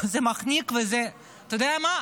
זה מחניק, וזה, אתה יודע מה?